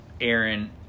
Aaron